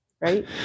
right